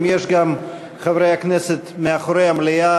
אם יש גם חברי כנסת מאחורי המליאה,